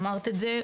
אמרת את זה,